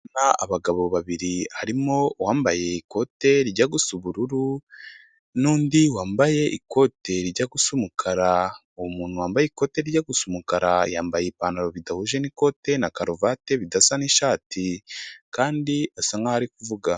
Ni abagabo babiri barimo uwambaye ikote rijya gusa ubururu n'undi wambaye ikote rijya gusa umukara. Umuntu wambaye ikoti rijya gusa umukara, yambaye ipantaro bidahuje n'ikote na karuvati bidasa ni'shati. Kandi bisa nk'aho ari kuvuga.